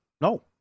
No